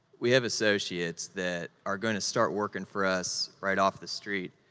we have associates that are gonna start working for us right off the street,